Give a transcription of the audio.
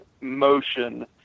motion